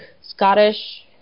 Scottish